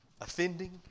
offending